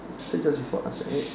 they entered just before us right